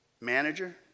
manager